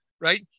right